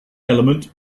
element